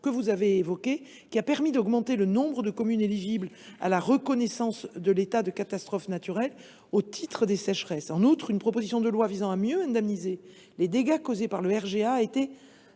que vous avez citée, qui a permis d’augmenter le nombre de communes éligibles à la reconnaissance de l’état de catastrophe naturelle au titre des sécheresses. En outre, une proposition de loi visant à mieux indemniser les dégâts causés par le RGA a été